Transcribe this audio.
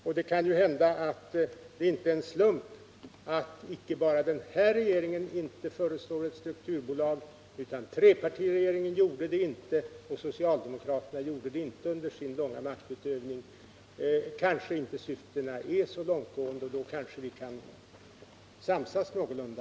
Det kan ju hända att det inte är en slump att denna regering inte föreslår ett strukturbolag — trepartiregeringen gjorde det inte, och socialdemokraterna gjorde det inte under sin långa tid av maktutövning. Syftena kanske inte är så långtgående, och då kanske vi kan samsas någorlunda.